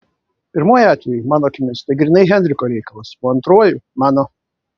pirmuoju atveju mano akimis tai grynai henriko reikalas o antruoju mano